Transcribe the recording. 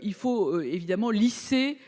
il convient de lisser